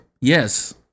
Yes